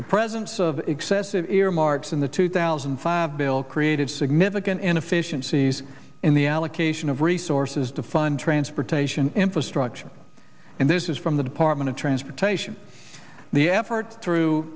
the presence of excessive earmarks in the two thousand and five bill created significant inefficiencies in the allocation of resources to fund transportation infrastructure and this is from the department of transportation the effort through